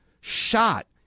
shot